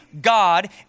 God